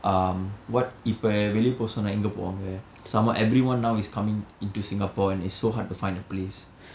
um what இப்ப வெளிய போக சொன்னா எங்க போவாங்க:ippa veliya poka sonnaa enga povaanka some more everyone now is coming into Singapore and it's so hard to find a place